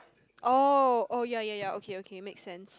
oh oh ya ya ya okay okay make sense